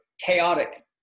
chaotic